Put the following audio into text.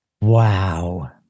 Wow